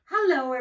Hello